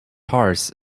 cars